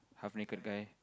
half naked guy